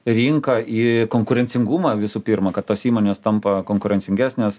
rinką į konkurencingumą visų pirma kad tos įmonės tampa konkurencingesnės